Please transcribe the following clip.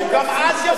גם אז ירו.